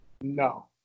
No